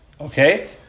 Okay